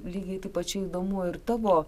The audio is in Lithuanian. lygiai taip pačiai įdomu ir tavo